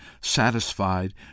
satisfied